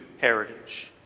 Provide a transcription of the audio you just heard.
heritage